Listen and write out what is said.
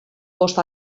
bost